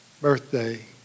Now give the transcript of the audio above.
birthday